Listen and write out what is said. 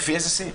לפי איזה סעיף?